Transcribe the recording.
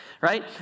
Right